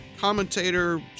commentator